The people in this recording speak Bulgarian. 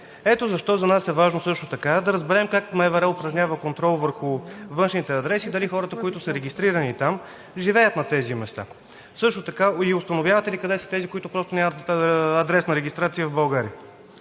Ето защо за нас е важно също така да разберем как МВР упражнява контрол върху външните адреси и дали хората, които са регистрирани там, живеят на тези места. Също така установявате ли къде са тези, които нямат адресна регистрация в България?